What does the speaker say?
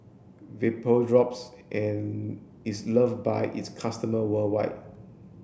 Vapodrops in is love by its customer worldwide